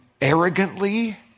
arrogantly